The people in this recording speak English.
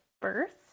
birth